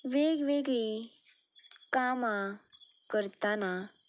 वेगवेगळीं कामां करतना